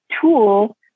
tool